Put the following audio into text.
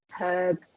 herbs